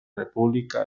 república